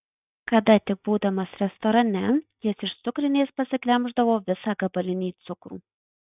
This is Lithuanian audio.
kada tik būdamas restorane jis iš cukrinės pasiglemždavo visą gabalinį cukrų